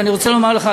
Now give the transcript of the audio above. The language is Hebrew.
ואני רוצה לומר לך,